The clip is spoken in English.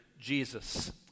Jesus